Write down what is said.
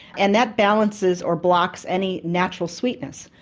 and that balances or blocks any natural sweetness.